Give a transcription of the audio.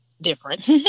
different